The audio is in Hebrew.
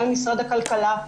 גם עם משרד הכלכלה.